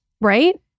Right